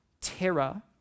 terror